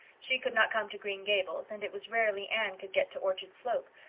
she could not come to green gables and it was rarely anne could get to orchard slope,